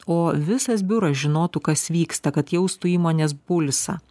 o visas biuras žinotų kas vyksta kad jaustų įmonės pulsą